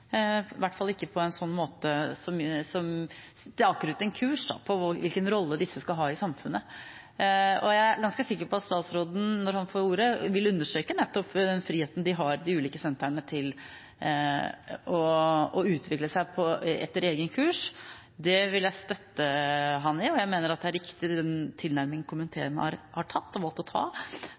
hvert fall ikke på en måte som staker ut en kurs for hvilken rolle disse skal ha i samfunnet. Jeg er ganske sikker på at statsråden, når han får ordet, vil understreke nettopp den friheten de ulike sentrene har til å utvikle seg etter egen kurs. Det vil jeg støtte ham i, og jeg mener den tilnærmingen komiteen har valgt, er riktig. Like fullt er det klokt av oss som skal bevilge penger, og så å